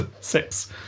Six